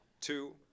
Two